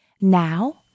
Now